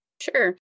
Sure